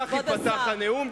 כך ייפתח הנאום,